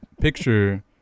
picture